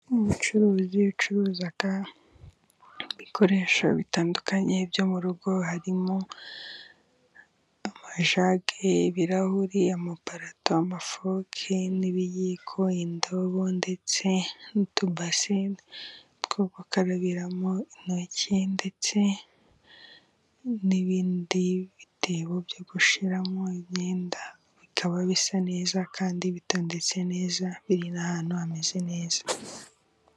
Umucuruzi ucuruza ibikoresho bitandukanye byo mu rugo, harimo amajage, ibirahuri amaparato, amafoke n'ibiyiko, indobo, ndetse n'utubase two gukarabiramo intoki, ndetse n'ibindi bitebo byo gushyiramo imyenda, bikaba bisa neza, kandi bitondetse neza, biri n'ahantu hameze neza.